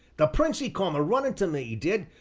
the prince e come a-runnin to me e did,